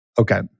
Okay